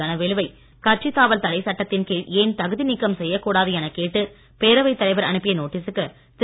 தனவேலுவை கட்சித் தாவல் தடை சட்டத்தின் கீழ் ஏன் தகுதி நீக்கம் செய்யக்கூடாது எனக் கேட்டு பேரவைத் தலைவர் அனுப்பிய நோட்டீசுக்கு திரு